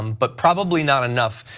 um but probably not enough,